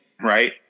right